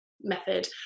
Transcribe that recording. method